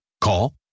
Call